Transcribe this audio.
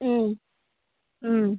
ಹ್ಞೂ ಹ್ಞೂ